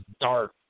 dark